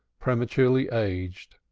prematurely aged,